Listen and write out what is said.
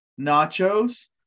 nachos